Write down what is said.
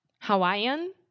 Hawaiian